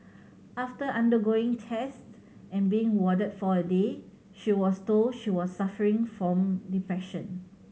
after undergoing tests and being warded for a day she was told she was suffering from depression